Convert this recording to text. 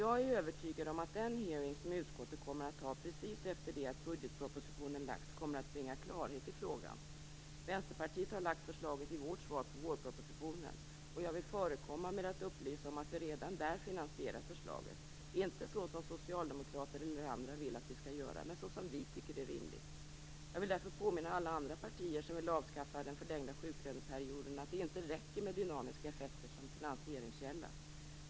Jag är övertygad om att den hearing som utskottet kommer att ha precis efter det att budgetpropositionen har lagts fram kommer att bringa klarhet i frågan. Vänsterpartiet har lagt fram förslag i vårt svar på vårpropositionen. Och jag vill förekomma med att upplysa om att vi redan där finansierat förslaget, inte så som socialdemokrater eller andra vill att vi skall göra, men så som vi tycker är rimligt. Jag vill därför påminna alla andra partier som vill avskaffa den förlängda sjuklöneperioden att det inte räcker med dynamiska effekter som finansieringskälla.